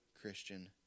Christian